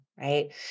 right